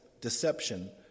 deception